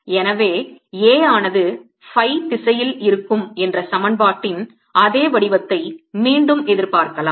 எனவே A ஆனது phi திசையில் இருக்கும் என்ற சமன்பாட்டின் அதே வடிவத்தை மீண்டும் எதிர்பார்க்கலாம்